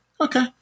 okay